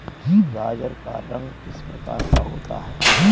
गाजर का रंग किस प्रकार का होता है?